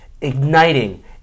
igniting